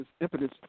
impetus